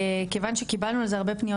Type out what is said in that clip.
כיוון שקיבלנו על זה הרבה פניות